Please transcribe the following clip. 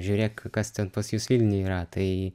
žiūrėk kas ten pas jus vilniuj yra tai